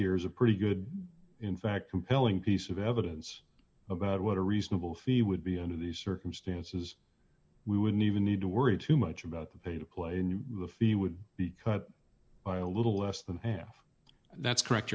here is a pretty good in fact compelling piece of evidence about what a reasonable fee would be under these circumstances we wouldn't even need to worry too much about the pay to play and the fee would be cut by a little less than half that's correct